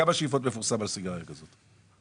כמה שאיפות מפורסמות על סיגריה כזאת?